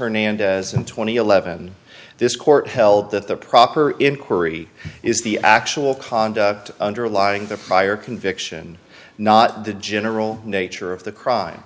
and eleven this court held that the proper inquiry is the actual conduct underlying the prior conviction not the general nature of the crime